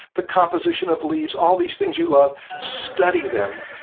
the composition of leaves, all these things you love, study them,